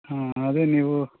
ಹಾಂ ಅದೆ ನೀವು